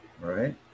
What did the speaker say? right